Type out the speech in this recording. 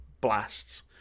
blasts